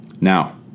Now